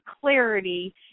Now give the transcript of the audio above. clarity